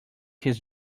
his